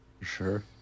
sure